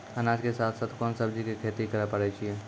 अनाज के साथ साथ कोंन सब्जी के खेती करे पारे छियै?